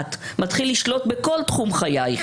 לאט-לאט מתחיל לשלוט בכל תחום חיי,